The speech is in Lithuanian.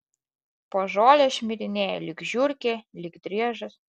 po žolę šmirinėja lyg žiurkė lyg driežas